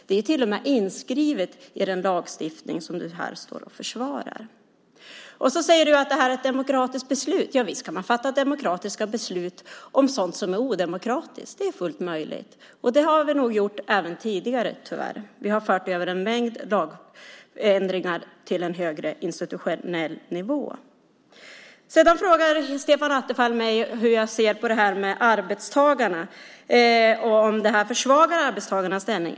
Det är till och med inskrivet i den lagstiftning som du här står och försvarar. Sedan säger du att det här är ett demokratiskt beslut. Ja, visst kan man fatta demokratiska beslut om sådant som är odemokratiskt. Det är fullt möjligt, och det har vi nog gjort även tidigare, tyvärr. Vi har fört över en mängd lagändringar till en högre institutionell nivå. Sedan frågar Stefan Attefall mig hur jag ser på det här med arbetstagarna och om det här försvagar arbetstagarnas ställning.